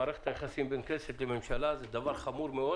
במערכת היחסים בין הכנסת לממשלה זה דבר חמור מאוד.